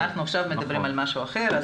אנחנו עכשיו מדברים על משהו אחר.